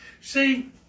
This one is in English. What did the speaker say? See